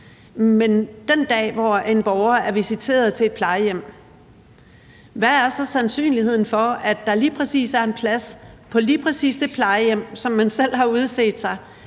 Den dag, hvor en borger er visiteret til et plejehjem, hvad er så sandsynligheden for, at der lige præcis er en plads på lige præcis det plejehjem, som man selv har udset sig,